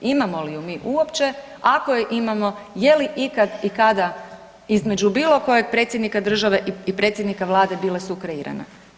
Imamo li ju mi uopće, ako je imamo, je li ikad i kada između bilo kojeg predsjednika države i predsjednika vlade bila sukreirana?